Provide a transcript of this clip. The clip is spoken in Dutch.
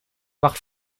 wacht